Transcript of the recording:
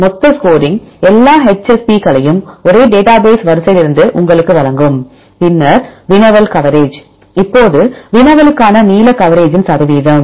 மொத்த ஸ்கோரிங் எல்லா HSP களையும் ஒரே டேட்டாபேஸ் வரிசையிலிருந்து உங்களுக்கு வழங்கும் பின்னர் வினவல் கவரேஜ் இப்போது வினவலுக்கான நீளக் கவரேஜின் சதவீதம்